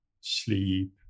sleep